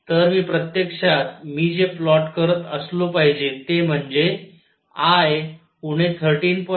तर मी प्रत्यक्षात मी जे प्लॉट करत असलो पाहिजे ते म्हणजे I उणे 13